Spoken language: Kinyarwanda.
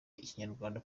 ikinyarwanda